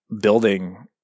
building